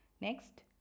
Next